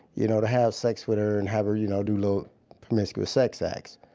you know, to have sex with her and have her, you know, do little promiscuous sex acts.